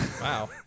Wow